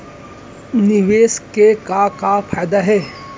निवेश के का का फयादा हे?